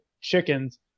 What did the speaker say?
chickens